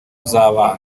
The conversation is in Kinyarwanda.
z’abana